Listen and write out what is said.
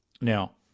Now